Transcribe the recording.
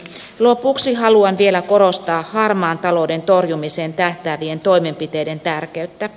lopuksi haluan vielä korostaa harmaan talouden torjumiseen tähtäävien toimenpiteiden tärkeyttä